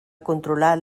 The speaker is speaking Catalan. controlar